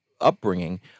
upbringing